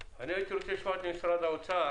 הייתי רוצה לשמוע את נציגי משרד האוצר